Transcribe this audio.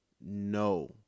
No